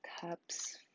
cups